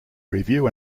review